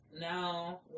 Now